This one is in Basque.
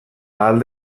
ahal